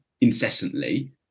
incessantly